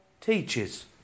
teaches